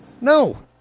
No